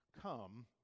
come